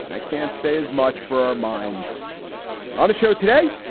and i can't say as much for our minds on the show today.